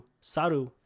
Saru